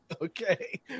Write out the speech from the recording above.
Okay